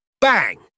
Bang